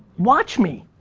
watch me,